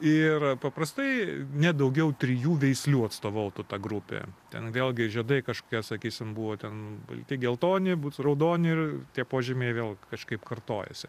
ir paprastai ne daugiau trijų veislių atstovautų ta grupė ten vėlgi žiedai kažkokie sakysim buvo ten balti geltoni būtų raudoni ir tie požymiai vėl kažkaip kartojasi